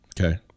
Okay